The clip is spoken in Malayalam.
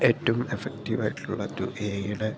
ഏറ്റവും എഫക്റ്റീവ് ആയിട്ടുള്ളൊരു എ ഐയുടെ